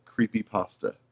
creepypasta